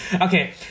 Okay